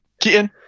Keaton